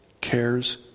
cares